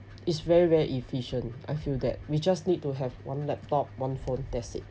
is very very efficient I feel that we just need to have one laptop one phone that's it